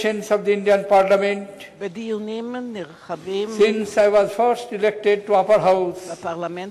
בדיונים נרחבים בפרלמנט ההודי מאז נבחרתי לבית